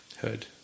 Hood